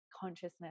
consciousness